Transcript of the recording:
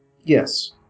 Yes